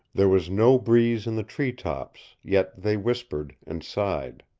there was no breeze in the treetops, yet they whispered and sighed.